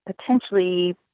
potentially